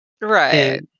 Right